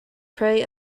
pray